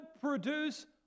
produce